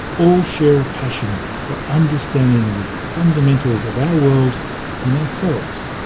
all share a passion for understanding the fundamentals of our world and ourselves.